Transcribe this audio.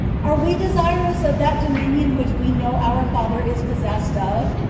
are we desirous of that dominion which we know our father is possessed of?